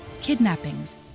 kidnappings